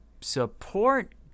Support